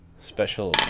Special